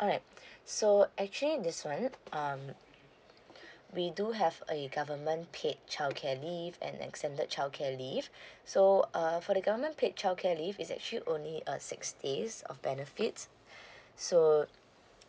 alright so actually this one um we do have a government paid childcare leave and extended childcare leave so uh for the government paid childcare leave is actually only uh six days of benefit so